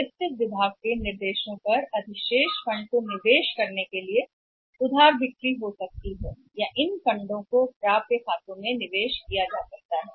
वित्त विभाग के कहने पर सरप्लस फंड को पार्क करने के लिए क्रेडिट की बिक्री हो सकती है किया और अधिशेष धन पार्क किया जा सकता है खातों प्राप्य में निवेश किया गया था